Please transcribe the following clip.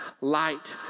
light